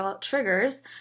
triggers